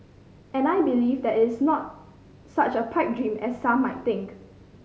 and I believe that it is not such a pipe dream as some might think